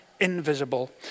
invisible